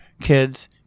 kids